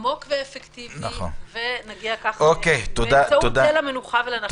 עמוק ואפקטיבי ונגיע כך אל המנוחה ואל הנחלה.